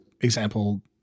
example